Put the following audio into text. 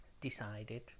decided